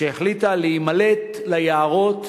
שהחליטה להימלט ליערות